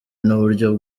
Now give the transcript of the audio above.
n’uburyo